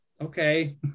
okay